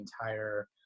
entire